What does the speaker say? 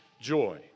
joy